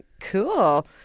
Cool